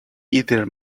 either